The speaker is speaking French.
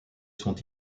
sont